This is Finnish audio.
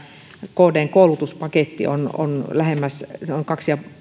kdn koulutuspaketti on on lähemmäs